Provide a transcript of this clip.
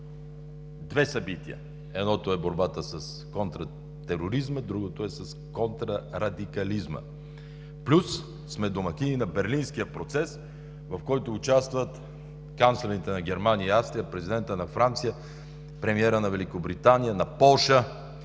две събития. Едното е контратероризма, другото е контрарадикализма. Плюс, домакини сме на Берлинския процес, в който участват канцлерите на Германия и Австрия, президентът на Франция, премиерът на Великобритания, на Полша